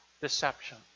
deception